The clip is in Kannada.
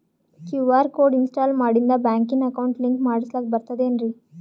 ಕ್ಯೂ.ಆರ್ ಕೋಡ್ ಇನ್ಸ್ಟಾಲ ಮಾಡಿಂದ ಬ್ಯಾಂಕಿನ ಅಕೌಂಟ್ ಲಿಂಕ ಮಾಡಸ್ಲಾಕ ಬರ್ತದೇನ್ರಿ